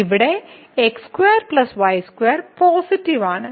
ഇവിടെ x2 y2 positive ആണ്